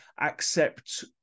accept